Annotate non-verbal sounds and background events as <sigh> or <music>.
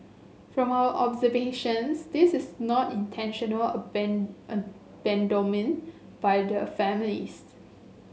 from our observations this is not intentional <unintelligible> abandonment by the families